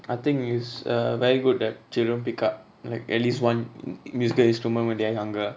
I think it's uh very good that children pick up like at least one musical instrument when they're younger